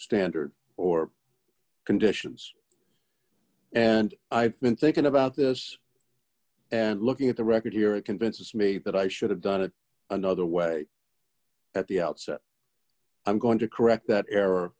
standard or conditions and i've been thinking about this and looking at the record here it convinces me that i should have done it another way at the outset i'm going to correct that er